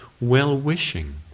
well-wishing